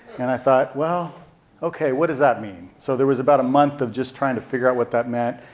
and i thought, well okay what does that mean? so there was about a month of just trying to figure out what that meant.